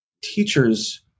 teachers